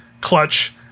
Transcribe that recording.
clutch